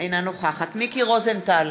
אינה נוכחת מיקי רוזנטל,